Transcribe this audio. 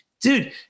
dude